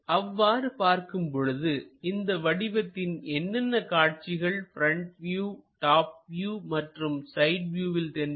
அவ்வாறு பார்க்கும் பொழுது இந்த வடிவத்தின் என்னென்ன காட்சிகள் ப்ரெண்ட் வியூடாப் வியூ மற்றும் சைடு வியூவில் தென்படும்